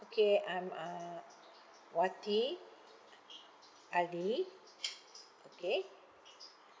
okay I'm uh wati ali okay